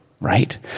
right